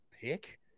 pick